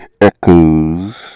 echoes